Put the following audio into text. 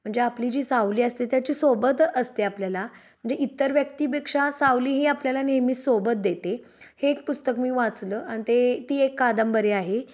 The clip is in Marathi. म्हणजे आपली जी सावली असते त्याची सोबत असते आपल्याला म्हणजे इतर व्यक्तीपेक्षा सावली ही आपल्याला नेहमीच सोबत देते हे एक पुस्तक मी वाचलं अन ते ती एक कादंबरी आहे